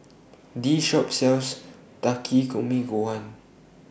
This Shop sells Takikomi Gohan